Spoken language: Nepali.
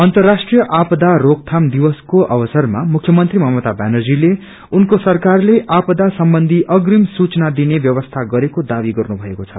अन्तर्राष्ट्रिय आपदा रोकथाम दिवसको अवसरमा मुख्यमंत्री ममता व्यानर्जीले उनको सरकारले आपाद सम्बन्धी अगिम सूचना दिने व्यवस्था गरेको दावी गनफ भएको छ